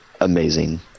amazing